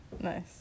Nice